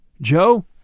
Joe